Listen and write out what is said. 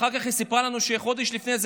אחר כך היא סיפרה לנו שחודש לפני זה